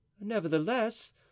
nevertheless